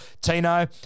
Tino